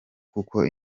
kuko